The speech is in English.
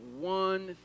one